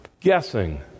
guessing